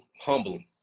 humbling